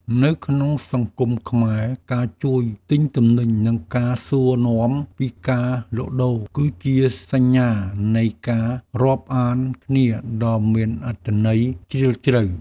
នៅក្នុងសង្គមខ្មែរ ការជួយទិញទំនិញនិងការសួរនាំពីការលក់ដូរ គឺជាសញ្ញានៃការរាប់អានគ្នាដ៏មានអត្ថន័យជ្រាលជ្រៅ។